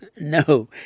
No